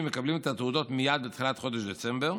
מקבלים את התעודות מייד בתחילת חודש דצמבר,